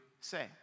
say